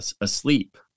asleep